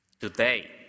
today